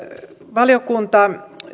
valiokunta